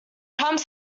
comes